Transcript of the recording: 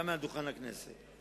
גם מעל דוכן הכנסת,